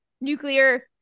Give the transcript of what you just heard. nuclear